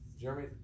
Jeremy